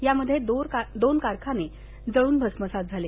यामध्ये दोन कारखाने जळून भस्मसात झाले